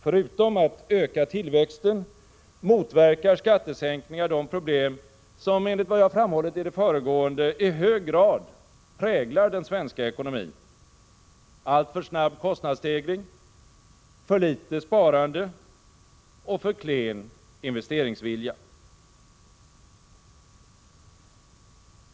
Förutom att öka tillväxten motverkar skattesänkningar de problem som enligt vad jag framhållit i det föregående i hög grad präglar den svenska ekonomin: alltför snabb kostnadsstegring, för litet sparande och för klen investeringsvilja.